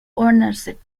ownership